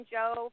Joe